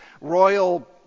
royal